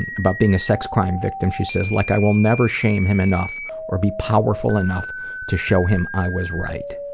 and about being a sex crime victim, she says, like i will never shame him enough or be powerful enough to show him i was right.